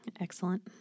Excellent